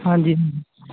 ਹਾਂਜੀ